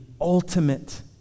ultimate